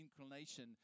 inclination